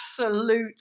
absolute